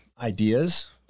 ideas